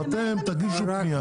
אז אתם תגישו פנייה.